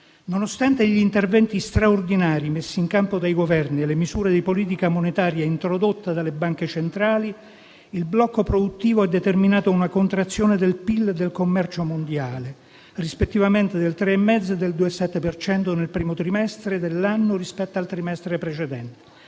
Nonostante gli interventi straordinari messi in campo dai Governi e le misure di politica monetaria introdotte dalle Banche centrali, il blocco produttivo ha determinato una contrazione del PIL e del commercio mondiale, rispettivamente del 3,5 per cento e del 2,7 per cento nel primo trimestre dell'anno, rispetto al trimestre precedente.